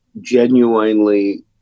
genuinely